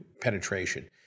penetration